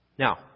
Now